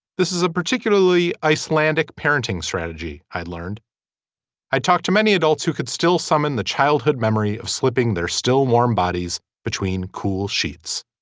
this is a particularly icelandic parenting strategy. i learned i talked to many adults who could still summon the childhood memory of slipping their still warm bodies between cool sheets